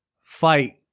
fight